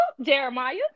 Jeremiah